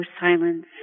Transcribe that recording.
silence